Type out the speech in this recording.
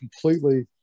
completely